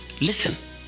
listen